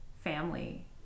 Family